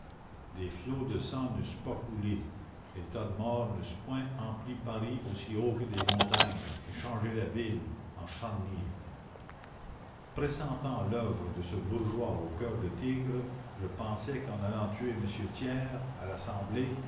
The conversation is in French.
des flots de sang n'eussent pas coulé les tas de morts n'eussent point empli paris aussi haut que des montagnes et changé la ville en charnier pressentant l'œuvre de ce bourgeois au cœur de tigre je pensais qu'en allant tuer m thiers à l'assemblée